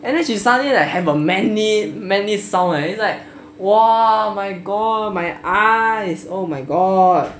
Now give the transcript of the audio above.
and then she suddenly have a manly manly sound it's like !wah! my god my ah is oh my god